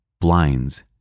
blinds